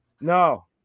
No